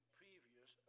previous